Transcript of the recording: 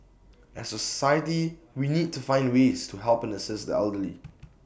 as A society we need to find ways to help and assist the elderly